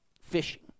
fishing